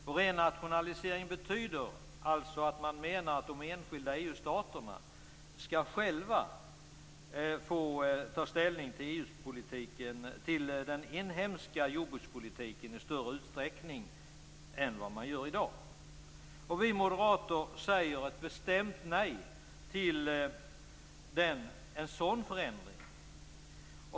Med renationalisering menar man att de enskilda EU-staterna själva skall få ta ställning till den inhemska jordbrukspolitiken i större utsträckning än man gör i dag. Vi moderater säger ett bestämt nej till en sådan förändring.